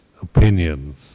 opinions